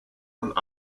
und